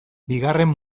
bigarren